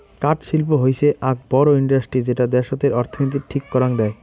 কাঠ শিল্প হৈসে আক বড় ইন্ডাস্ট্রি যেটা দ্যাশতের অর্থনীতির ঠিক করাং দেয়